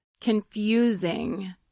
confusing